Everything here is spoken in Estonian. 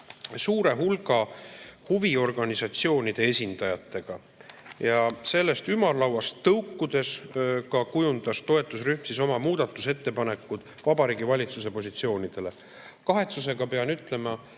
suure hulga huviorganisatsioonide esindajatega ja sellest ümarlauast tõukudes kujundas toetusrühm ka oma muudatusettepanekud Vabariigi Valitsuse positsioonide kohta. Kahetsusega pean ütlema,